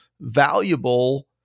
valuable